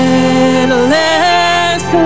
endless